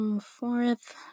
Fourth